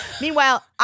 Meanwhile